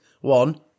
One